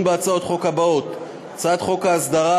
בהצעות החוק האלה: 1. הצעת חוק ההסדרה,